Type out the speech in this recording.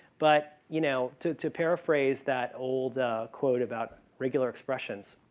but you know, to to paraphrase that old quote about regular expressions,